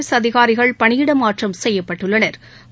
S அதிகாரிகள் பணியிடமாற்றம் செய்யப்பட்டுள்ளனா்